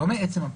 לא מעצם הפרסום.